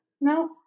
No